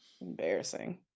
embarrassing